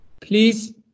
please